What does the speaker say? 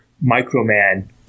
Micro-Man